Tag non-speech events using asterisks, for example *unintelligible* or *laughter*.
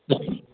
*unintelligible*